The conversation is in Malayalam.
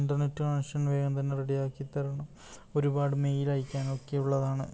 ഇൻറ്റർനെറ്റ് കണക്ഷൻ വേഗം തന്നെ റെഡി ആക്കി തരണം ഒരുപാട് മെയിൽ അയക്കാനൊക്കെ ഉള്ളതാണ്